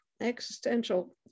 existential